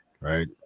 right